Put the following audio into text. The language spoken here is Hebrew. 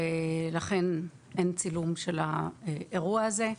ולכן אין צילום של האירוע הזה.